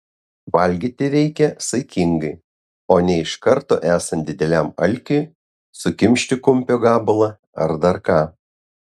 valgyti reikia saikingai o ne iš karto esant dideliam alkiui sukimšti kumpio gabalą ar dar ką